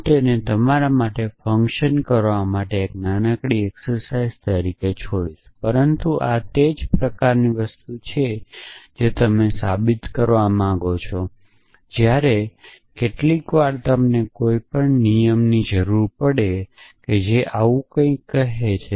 હું તેને તમારા માટે ફંકશન કરવા માટે એક નાનકડી એક્સરસાઇજ તરીકે છોડીશ પરંતુ આ તે પ્રકારની વસ્તુ છે જે તમે સાબિત કરવા માંગો છો જ્યારે કેટલીક વાર તમને કોઈ નિયમની જરૂર પડે છે જે આવું કંઈક કહે છે